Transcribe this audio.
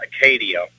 Acadia